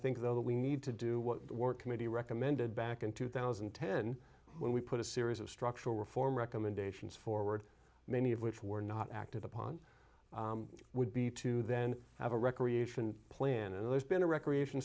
think though that we need to do what committee recommended back in two thousand and ten when we put a series of structural reform recommendations forward many of which were not acted upon would be to then have a recreation plan and there's been a recreation